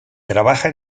trabaja